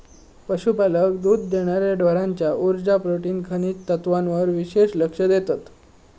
पशुपालक दुध देणार्या ढोरांच्या उर्जा, प्रोटीन, खनिज तत्त्वांवर विशेष लक्ष देतत